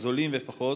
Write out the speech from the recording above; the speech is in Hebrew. הזולים והפחות,